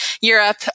Europe